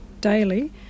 daily